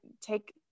take